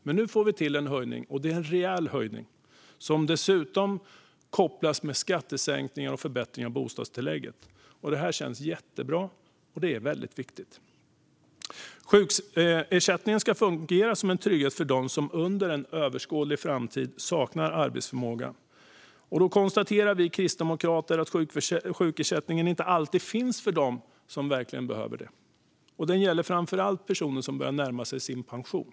Men nu får vi till en höjning, en rejäl höjning, som dessutom kopplas med skattesänkningar och förbättring av bostadstillägget. Det känns jättebra och är väldigt viktigt. Sjukersättningen ska fungera som en trygghet för dem som under en överskådlig framtid saknar arbetsförmåga. Då konstaterar vi kristdemokrater att sjukersättningen inte alltid finns för dem som verkligen behöver den. Det gäller framför allt personer som börjar närma sig pension.